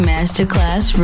Masterclass